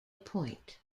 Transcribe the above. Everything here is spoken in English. point